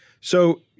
So-